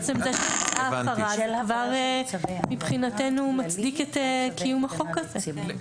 עצם זה שבוצעה הפרה זה כבר מבחינתנו מצדיק את קיום החוק הזה.